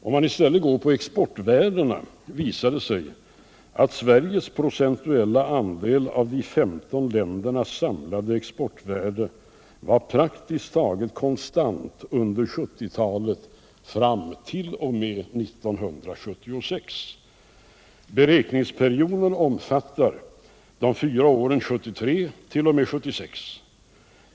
Om man i stället ser på exportvärdena, visar det sig att Sveriges procentuella andel av de 15 ländernas samlade exportvärde var praktiskt taget konstant under 1970-talet fram t.o.m. 1976. Beräkningsperioden omfattar de fyra åren 1973-1976.